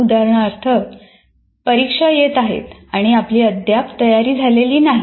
उदाहरणार्थ परीक्षा येत आहेत आणि आपली अद्याप तयारी झालेली नाही